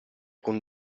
con